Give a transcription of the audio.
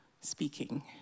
speaking